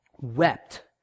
wept